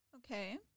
Okay